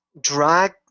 drag